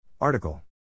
Article